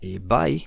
Bye